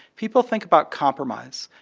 people think about compromise,